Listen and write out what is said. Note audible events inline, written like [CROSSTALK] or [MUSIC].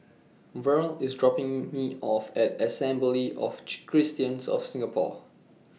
Verl IS dropping Me off At Assembly of [HESITATION] Christians of Singapore